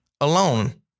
alone